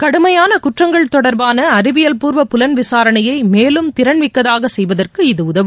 கடுமையான குற்றங்கள் தொடர்பான அறிவியல் பூர்வ புலன் விசாரணையை மேலும் திறன்மிக்கதாக செய்வதற்கு இது உதவும்